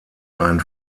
einen